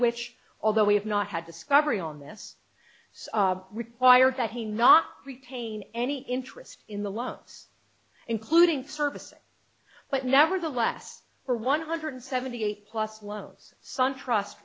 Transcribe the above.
which although we have not had discovery on this so required that he not retain any interest in the lives including services but nevertheless for one hundred seventy eight plus loans suntrust